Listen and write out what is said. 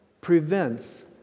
prevents